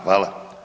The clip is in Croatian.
Hvala.